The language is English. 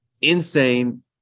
insane